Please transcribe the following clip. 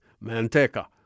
Manteca